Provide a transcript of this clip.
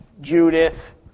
Judith